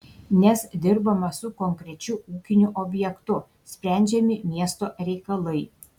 nes dirbama su konkrečiu ūkiniu objektu sprendžiami miesto reikalai